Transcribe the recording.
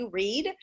read